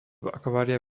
akvária